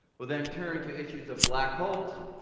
we'll then turn to issues of black holes,